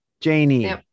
Janie